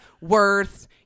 worth